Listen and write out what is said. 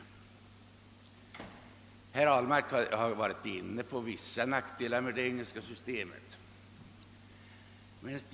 Även herr Ahlmark har varit inne på det engelska systemet.